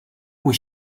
was